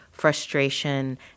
frustration